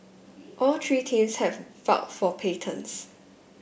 all three teams have filed for patents